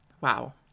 Wow